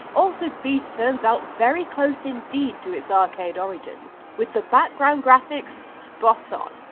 altered beast turns out very close indeed to its arcade origins. with the background graphics spot on,